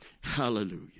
Hallelujah